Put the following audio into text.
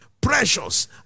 Precious